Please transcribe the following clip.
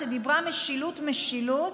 שדיברה: משילות משילות,